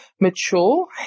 mature